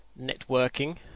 networking